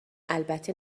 البته